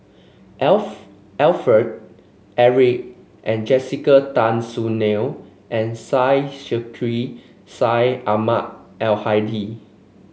Alfred Eric and Jessica Tan Soon Neo and Syed Sheikh Syed Ahmad Al Hadi